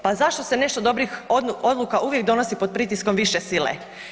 Pa zašto se nešto dobrih odluka uvijek donosi pod pritiskom više sile?